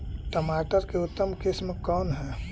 टमाटर के उतम किस्म कौन है?